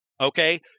Okay